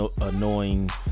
annoying